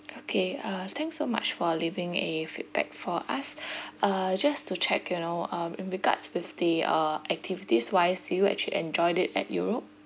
okay uh thanks so much for leaving a feedback for us uh just to check you know um with regards with the uh activities wise did you actually enjoyed it at europe